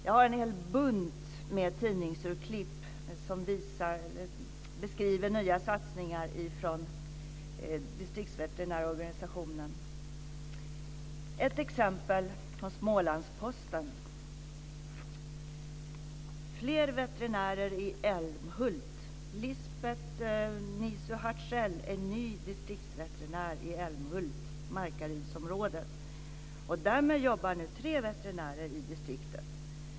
Jag har en hel bunt med tidningsurklipp som beskriver nya satsningar från distriktsveterinärorganisationen. Ett exempel är från Smålandsposten. Rubriken är "Fler veterinärer i Älmhult". "Lisbeth Nisu Hartzell är ny distriktsveterinär i Älmhult/Markarydsområdet och därmed jobbar tre veterinärer i distriktet.